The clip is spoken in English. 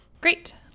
Great